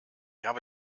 habe